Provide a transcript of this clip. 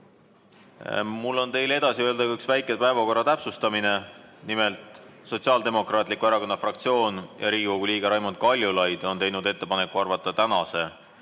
on teile edasi öelda üks väike päevakorra täpsustus. Nimelt, Sotsiaaldemokraatliku Erakonna fraktsioon ja Riigikogu liige Raimond Kaljulaid on teinud ettepaneku arvata tänase